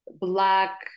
Black